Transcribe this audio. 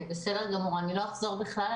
לא אחזור על הדברים.